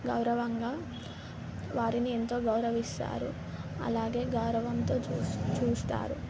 గౌరవంగా వారిని ఎంతో గౌరవిస్తారు అలాగే గౌరవంతో చూస్ చూస్తారు